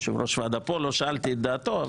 יושב-ראש הוועדה נמצא פה, לא שאלתי את דעתו.